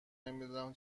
نمیدونم